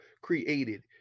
created